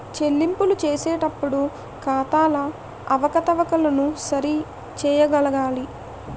చెల్లింపులు చేసేటప్పుడు ఖాతాల అవకతవకలను సరి చేయగలగాలి